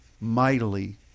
mightily